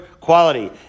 quality